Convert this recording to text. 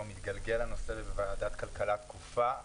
הנושא הזה מתגלגל בוועדת הכלכלה כבר תקופה,